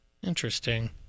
interesting